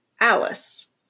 Alice